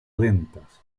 lentas